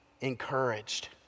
encouraged